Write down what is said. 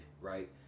Right